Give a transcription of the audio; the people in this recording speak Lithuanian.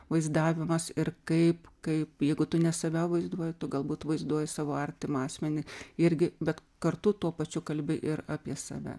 vaizdavimas ir kaip kaip jeigu tu ne save vaizduoji tu galbūt vaizduoj savo artimą asmenį irgi bet kartu tuo pačiu kalbi ir apie save